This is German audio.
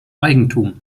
eigentum